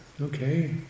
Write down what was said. okay